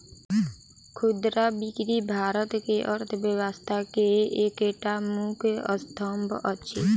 खुदरा बिक्री भारत के अर्थव्यवस्था के एकटा मुख्य स्तंभ अछि